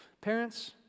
Parents